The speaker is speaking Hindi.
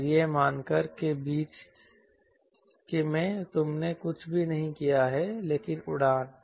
और यह मानकर कि बीच में तुमने कुछ भी नहीं किया है लेकिन उड़ान